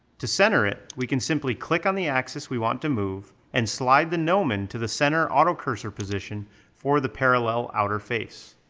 to center it, we can simply click on the axis we want to move, and slide the gnomon to the center autocursor position for the parallel outer face.